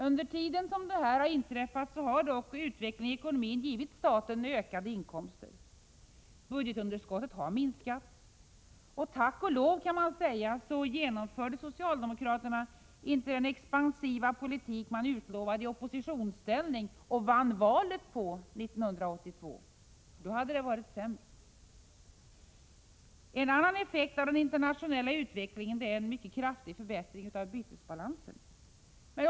Under den tid som detta har inträffat har dock utvecklingen i ekonomin givit staten ökade inkomster. Budgetunderskottet har minskat. Tack och lov, kan man säga, genomförde socialdemokraterna inte den expansiva politik som de utlovade i oppositionsställning och vann valet på 1982. Då hade det varit sämre. En annan effekt av den internationella utvecklingen är en mycket kraftig förbättring av bytesbalansen.